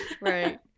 Right